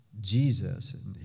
Jesus